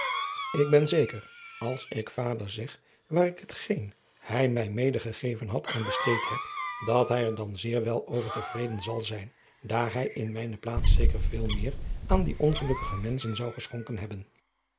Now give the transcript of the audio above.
ik ben zeker als ik vader zeg waar ik hetgeen hij mij mede gegeven had aan besteed heb dat hij er dan zeer wel over te vreden zal zijn daar hij in mijne plaats zeker veel meer aan die ongelukkige menschen zou geschonken hebben